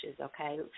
okay